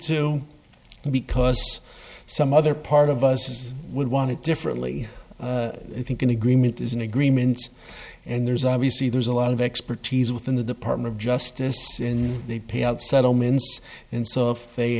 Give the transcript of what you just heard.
and because some other part of us would want it differently i think an agreement is an agreement and there's obviously there's a lot of expertise within the department of justice and they pay out settlements and so of they